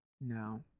No